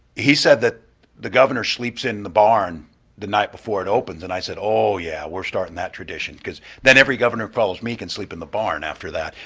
he said that the governor sleeps in the barn the night before it opens. and i said, oh, yeah, we're starting that tradition because then every governor who follows me can sleep in the barn after that.